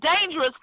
dangerous